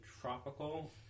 tropical